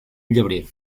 llebrer